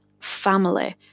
family